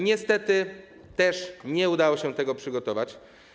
Niestety też nie udało się tego przygotować.